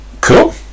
cool